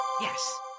Yes